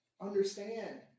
understand